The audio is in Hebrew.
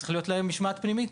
צריכה להיות להם משמעת פנימית.